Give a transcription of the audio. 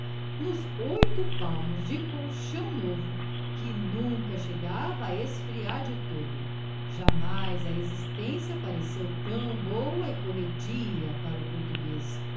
nos oitos palmos de colchão novo que nunca chegava a esfriar de todo jamais a existência pareceu tão boa e corredia para o português